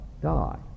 die